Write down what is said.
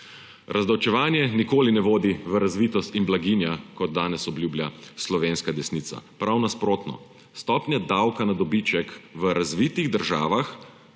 Razdavčevanje nikoli ne vodi v razvitost in blaginjo, kot danes obljublja slovenska desnica. Prav nasprotno, stopnja davka na dobiček v razvitih državah